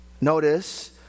Notice